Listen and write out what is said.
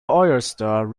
oyster